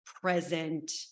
present